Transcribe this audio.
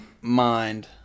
mind